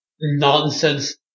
nonsense